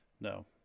No